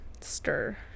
stir